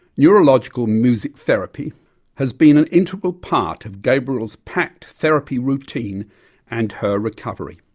neurological music therapy has been an integral part of gabrielle's packed therapy routine and her recovery.